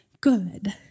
good